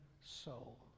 soul